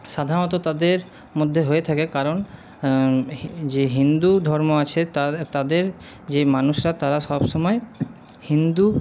সাধারণত তাদের মধ্যে হয়ে থাকে কারণ যে হিন্দু ধর্ম আছে তাদের যে মানুষরা তারা সবসময় হিন্দু